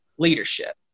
leadership